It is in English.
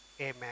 Amen